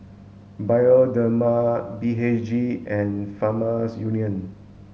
Bioderma B H G and Farmers Union